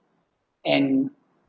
and